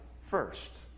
first